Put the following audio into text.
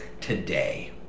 today